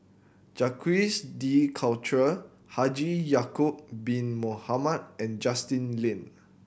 Jacques De Coutre Haji Ya'acob Bin Mohamed and Justin Lean